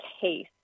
case